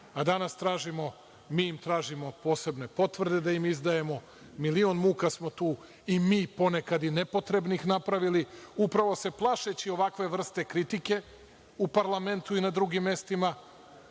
a danas tražimo, mi im tražimo posebne potvrde da im izdajemo, milion muka, i mi ponekad nepotrebnih napravili, upravo se plašeći ovakve vrste kritike u parlamentu i na drugim mestima.